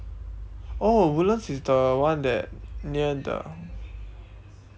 oh woodlands is the one that near the